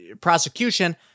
prosecution